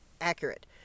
accurate